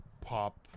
pop